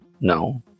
No